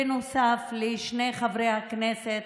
בנוסף לשני חברי הכנסת,